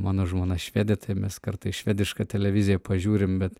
mano žmona švedė tai mes kartais švedišką televiziją pažiūrim bet